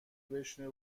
بشینه